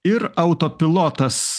ir autopilotas